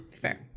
Fair